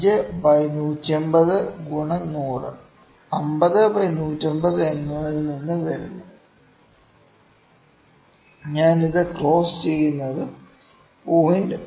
5 by 150 ഗുണം 100 50 by 150 എന്നതിൽനിന്ന് വരുന്നു ഞാൻ ഇത് ക്രോസ് ചെയ്യുന്നത് 0